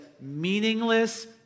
meaningless